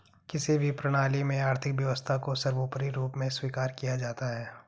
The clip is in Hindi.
किसी भी प्रणाली में आर्थिक व्यवस्था को सर्वोपरी रूप में स्वीकार किया जाता है